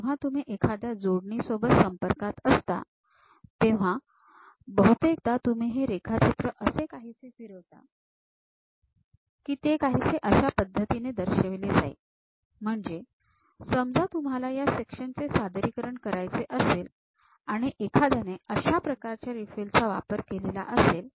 जेव्हा तुम्ही दुसऱ्या एखाद्या जोडणीसोबत संपर्कात असता तेव्हा बहुतेकदा तुम्ही हे रेखाचित्र असे काहीसे फिरवता की ते काहीसे अशा पद्धतीने दर्शविले जाईल म्हणजे समजा तुम्हाला या सेक्शन चे सादरीकरण करायचे असेल आणि एखाद्याने अशा प्रकारच्या रिफील चा वापर केलेला असेल